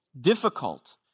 difficult